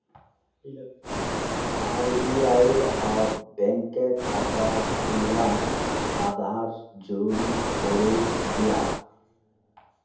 RBI अब bank खाता खुलवात आधार ज़रूरी करे दियाः